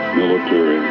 military